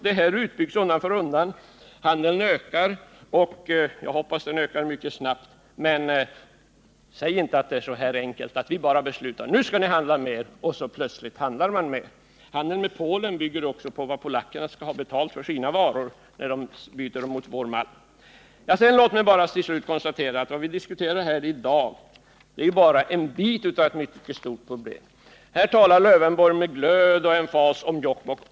Men en utbyggnad sker undan för undan. Handeln ökar, och jag hoppas att den ökar mycket snabbt. Men säg inte att det är så enkelt att man bara beslutar att vi skall handla mer och så handlar vi plötsligt mer. Handeln med Polen bygger också på hur mycket polackerna skall ha betalt för sina varor, när de byts mot vår malm. Låt mig till slut konstatera att vad vi diskuterar i dag är bara en liten bit av ett mycket stort problem. Här talar Alf Lövenborg med glöd och emfas om Jokkmokk.